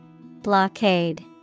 Blockade